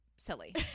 Silly